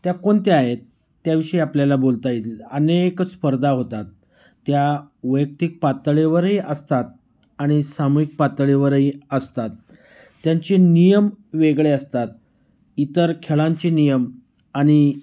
त्या कोणत्या आहेत त्याविषयी आपल्याला बोलता येतल अने क स्पर्धा होतात त्या वैयक्तिक पातळीवरही असतात आणि सामूहिक पातळीवरही असतात त्यांचे नियम वेगळे असतात इतर खेळांचे नियम आणि